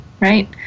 right